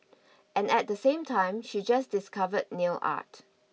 and at the same time she just discovered nail art